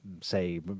say